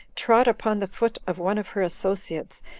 trod upon the foot of one of her associates,